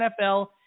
NFL